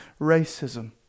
racism